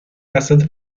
بساط